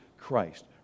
Christ